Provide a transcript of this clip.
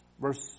Verse